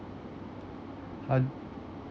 how